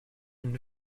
and